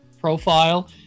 profile